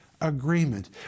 agreement